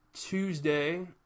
Tuesday